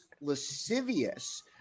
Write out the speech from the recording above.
lascivious